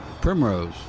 Primrose